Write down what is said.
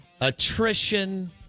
Attrition